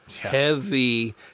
heavy